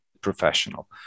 professional